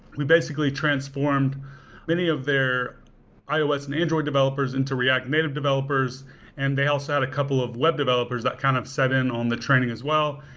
we basically transformed many of their ios and android developers into react native developers and they also had a couple of wed developers that kind of set in on the training as well.